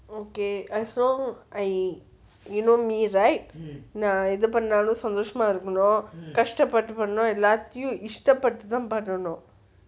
okay as long I you know me right நா எது பண்ணாலும் சந்தோஷமா இருக்கனும் எல்லாத்தையும் இஷ்ட பட்டு தா பண்ணனும்:naa ethu pannalum santhoshama irukkanum ellathayum ishta pattu pannanum